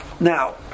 now